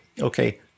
Okay